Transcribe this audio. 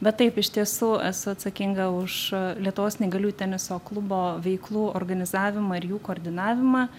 bet taip iš tiesų esu atsakinga už lietuvos neįgalių teniso klubo veiklų organizavimą ir jų koordinavimą